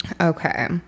okay